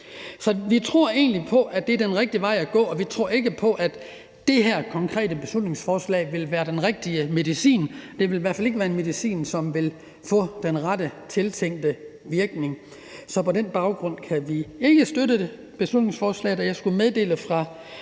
Så vi tror egentlig på, at det er den rigtige vej at gå, og vi tror ikke på, at det her konkrete beslutningsforslag vil være den rigtige medicin. Det vil i hvert være fald ikke være en medicin, som vil få den tiltænkte virkning, så på den baggrund kan vi ikke støtte beslutningsforslaget. Jeg skal meddele fra